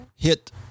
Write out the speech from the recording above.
hit